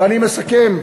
ואני מסכם.